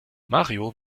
mario